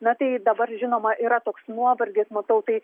na tai dabar žinoma yra toks nuovargis matau tai